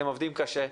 אתם עובדים קשה.